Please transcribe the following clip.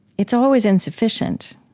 it's always insufficient